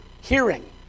Hearing